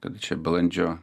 kada čia balandžio